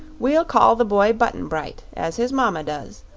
we'll call the boy button-bright, as his mama does.